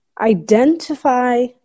identify